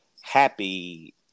happy